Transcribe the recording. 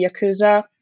Yakuza